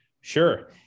Sure